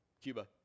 Cuba